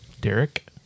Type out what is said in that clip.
derek